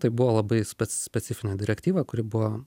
tai buvo labai spec specifinė direktyva kuri buvo